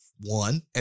one